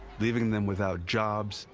leaving them without jobs,